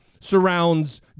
surrounds